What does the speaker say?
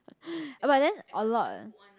but then a lot